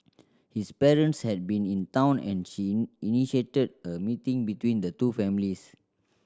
his parents had been in town and she initiated a meeting between the two families